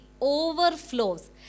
overflows